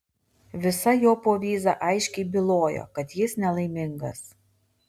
visa jo povyza aiškiai bylojo kad jis nelaimingas